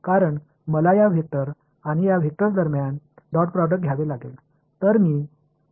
எனவே இந்த வெக்டர் ருக்கும் இந்த வெக்டர் ருக்கும் இடையில் டாட் ப்ராடக்ட் யை நான் இங்கு எடுக்க வேண்டியிருப்பதால் அது தெளிவாக உள்ளது